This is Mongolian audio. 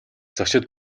зочид